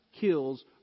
kills